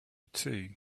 too